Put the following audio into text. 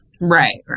right